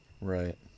right